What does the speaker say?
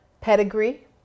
pedigree